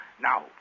Now